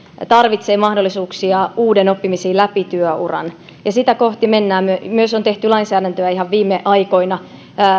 tarvitsee mahdollisuuksia uuden oppimiseen läpi työuran ja sitä kohti mennään on tehty myös lainsäädäntöä ihan viime aikoina